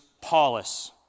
Paulus